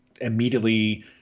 immediately